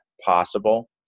possible